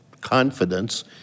confidence